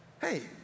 hey